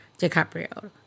DiCaprio